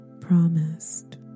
promised